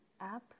app